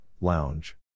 lounge